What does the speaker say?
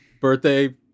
birthday